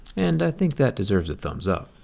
and i think that deserves a thumbs up.